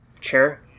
Sure